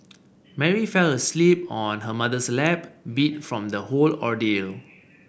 Mary fell asleep on her mother's lap beat from the whole ordeal